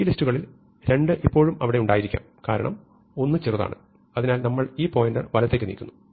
ഈ ലിസ്റ്റുകളിൽ 2 ഇപ്പോഴും അവിടെ ഉണ്ടായിരിക്കാം കാരണം 1 ചെറുതാണ് അതിനാൽ നമ്മൾ ഈ പോയിന്റർ വലത്തേക്ക് നീക്കുന്നു